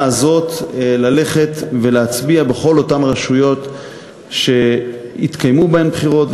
הזאת ללכת ולהצביע בכל אותן רשויות שיתקיימו בהן בחירות,